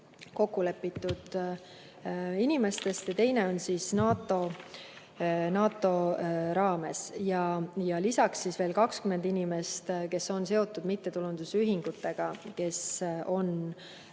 kokkulepitud inimeste hulgast ja teine [viis] NATO raames. Lisaks on veel 20 inimest, kes on seotud mittetulundusühingutega, kes on